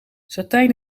satijn